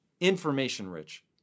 information-rich